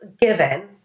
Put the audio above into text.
given